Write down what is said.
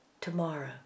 tomorrow